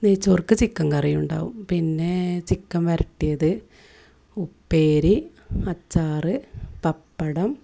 നെയ്ച്ചോറുക്ക് chicken കറിയുണ്ടാകും പിന്നെ chicken വരട്ടിയത് ഉപ്പേരി അച്ചാർ പപ്പടം